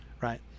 right